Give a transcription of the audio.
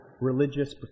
religious